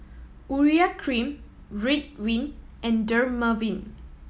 Urea Cream Ridwind and Dermaveen